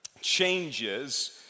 changes